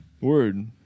Word